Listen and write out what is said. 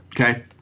Okay